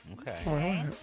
Okay